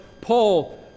Paul